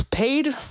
Paid